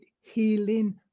healing